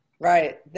Right